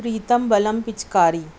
پریتم بلم پچکاری